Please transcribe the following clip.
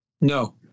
No